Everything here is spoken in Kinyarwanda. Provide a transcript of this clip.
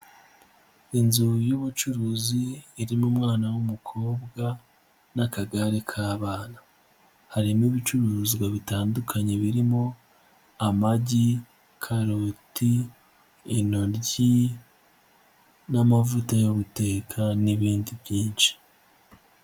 Inzu y'ubucuruzi, irimo umwana w'umukobwa n'akagare ka abana, harimo ibicuruzwa bitandukanye, birimo amagi, karoti, inoryi n'amavuta yo guteta n'ibindi byinshi.